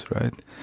right